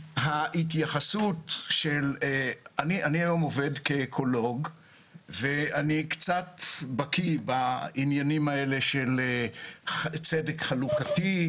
אני היום עובד כאקולוג וקצת בקיא בעניינים האלה של צדק חלוקתי,